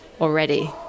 already